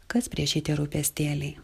kas prieš jį tie rūpestėliai